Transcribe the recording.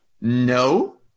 No